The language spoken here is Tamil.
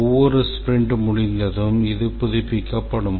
ஒவ்வொரு ஸ்பிரிண்ட் முடிந்ததும் இது புதுப்பிக்கப்படும்